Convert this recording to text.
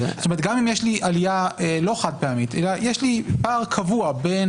גם אם יש לי עלייה לא חד-פעמית אלא יש לי פער קבוע בין